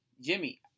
Jimmy